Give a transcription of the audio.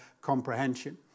comprehension